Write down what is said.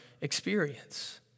experience